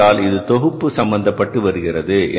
ஏனென்றால் இது தொகுப்பு சம்பந்த பட்டு வருகிறது